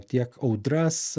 tiek audras